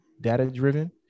data-driven